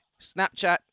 Snapchat